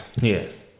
yes